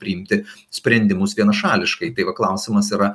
priimti sprendimus vienašališkai tai va klausimas yra